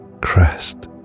Crest